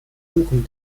buchen